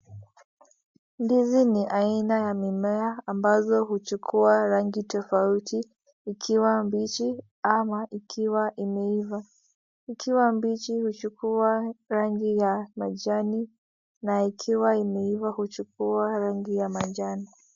Ndizi ni aina ya mimea ambazo huchukua rangi tofauti ikiwa mbichi ama ikiwa imeiva. Ikiwa mbichi huchukua rangi ya majani na ikiwa imeiva huchukua rangi ya manjano.